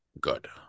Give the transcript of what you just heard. good